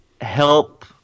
help